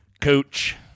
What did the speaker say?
Coach